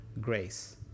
grace